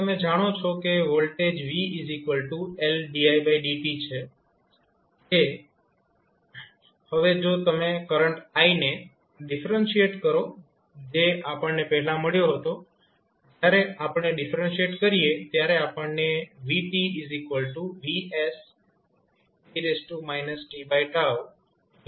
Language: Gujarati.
હવે તમે જાણો છો કે વોલ્ટેજ vLdidt છે તેથી હવે જો તમે કરંટ i ને ડિફરેન્શિએટ કરો જે આપણને પહેલા મળ્યો હતો જયારે આપણે ડિફરેન્શિએટ કરીએ ત્યારે આપણને vVs e tu મળે છે